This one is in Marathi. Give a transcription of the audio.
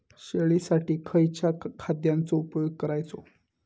शेळीसाठी खयच्या खाद्यांचो उपयोग करायचो?